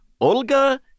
Olga